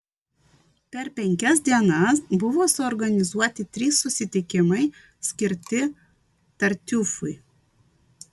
per penkias dienas buvo suorganizuoti trys susitikimai skirti tartiufui